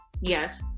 Yes